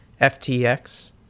FTX